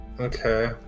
okay